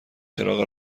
چراغ